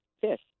fish